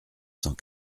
cent